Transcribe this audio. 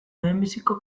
lehenbiziko